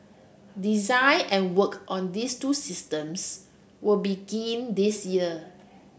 design and work on these two systems will begin this year